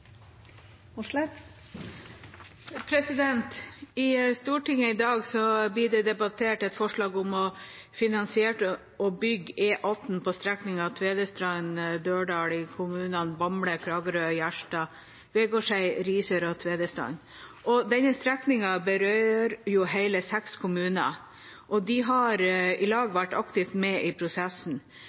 I Stortinget i dag blir det debattert et forslag om å finansiere og bygge E18 på strekningen Tvedestrand–Dørdal i kommunene Bamble, Kragerø, Gjerstad, Vegårdshei, Risør og Tvedestrand. Denne strekningen berører hele seks kommuner, og de har i lag vært aktivt med i prosessen.